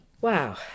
Wow